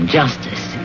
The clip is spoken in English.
justice